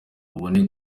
ubone